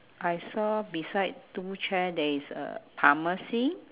I saw beside two chair there is a pharmacy